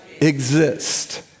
exist